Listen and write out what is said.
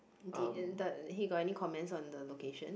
the in the he got any comments on the location